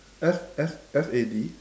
F F F A D